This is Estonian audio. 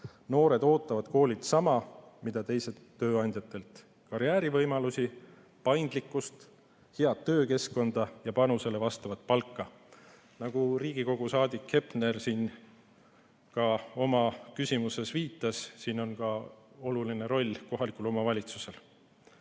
Noored ootavad koolilt sama, mida teised tööandjatelt: karjäärivõimalusi, paindlikkust, head töökeskkonda ja panusele vastavat palka. Nagu Riigikogu saadik Hepner oma küsimuses viitas, siin on oluline roll ka kohalikul